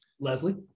Leslie